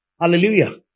Hallelujah